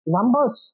Numbers